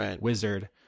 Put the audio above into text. wizard